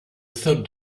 third